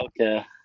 okay